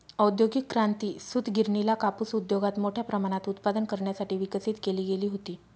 औद्योगिक क्रांती, सूतगिरणीला कापूस उद्योगात मोठ्या प्रमाणात उत्पादन करण्यासाठी विकसित केली गेली होती